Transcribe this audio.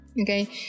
Okay